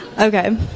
Okay